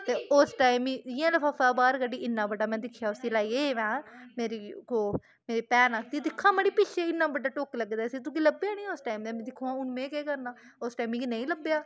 ते उस टाइम में इ'यां लफाफा बाह्र कड्ढी इन्ना बड्डा में दिक्खेआ उसी लाइयै में ओह् मेरी भैन आखदी दिक्खा हां मड़ी पिच्छै किन्ना बड्डा टुक्क लग्गे दा इसी तुकी लब्भेआ नी उस टाइम हून दिक्खो हां में केह् करना ते उस टाइम मिकी नेईं लब्भेआ